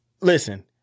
listen